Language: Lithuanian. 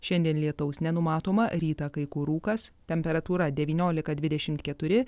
šiandien lietaus nenumatoma rytą kai kur rūkas temperatūra devyniolika dvidešimt keturi